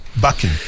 backing